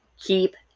keep